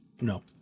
No